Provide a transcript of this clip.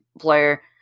player